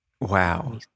Wow